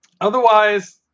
Otherwise